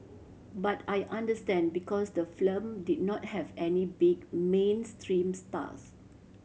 but I understand because the film did not have any big mainstream stars